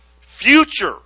Future